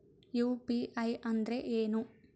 UPI ಅಂದ್ರೆ ಏನು?